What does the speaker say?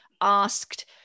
asked